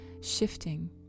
shifting